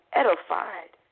edified